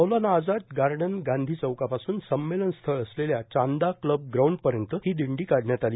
मौलाना Azad garden Gandhi चौकापासून संमेलनस्थळ असलेल्या चांदा क्लब ग्राउंडपर्यत दिंडी काढण्यात आली